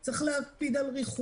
הם צריכים להקפיד על ריחוק,